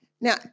Now